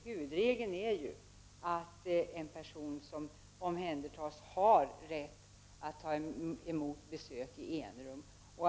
Huvudregeln är ju att en person som omhändertas har rätt att ta emot besök i enrum.